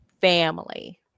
family